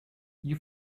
you